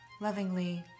Lovingly